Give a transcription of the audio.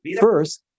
first